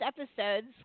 episodes